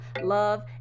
love